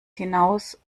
hinaus